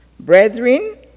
Brethren